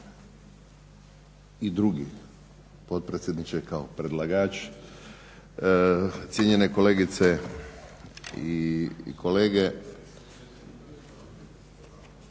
i drugi potpredsjedniče kao predlagaču, cijenjene kolegice i kolege.